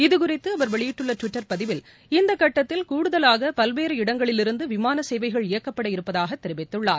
இதுகுறித்து அவர் வெளியிட்டுள்ள டுவிட்டர் பதிவில் இந்த கட்டத்தில் கூடுதலாக பல்வேறு இடங்களிலிருந்து விமான சேவைகள் இயக்கப்பட இருப்பதாக தெரிவித்துள்ளார்